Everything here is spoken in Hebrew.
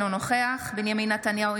אינו נוכח בנימין נתניהו,